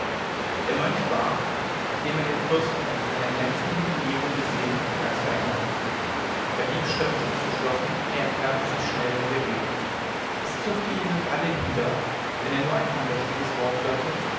der mönch war nachdem er den fürsten mit seiner glänzenden umgebung gesehen ganz verändert er blieb störrisch und verschlossen er entfernte sich schnell wenn wir beteten es zuckte ihm durch alle glieder wenn er nur ein andächtiges wort hörte